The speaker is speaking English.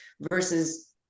versus